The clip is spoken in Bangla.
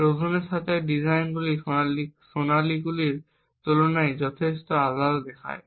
ট্রোজানের সাথে ডিজাইনটি সোনালীগুলির তুলনায় যথেষ্ট আলাদা দেখায়